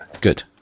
Good